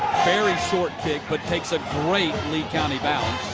very short kick but takes a great lee county bounce.